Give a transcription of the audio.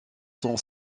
son